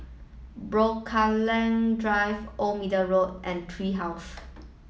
Drive Old Middle Road and Tree House